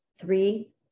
Three